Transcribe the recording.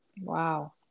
wow